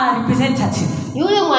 representative